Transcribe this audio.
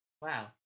wow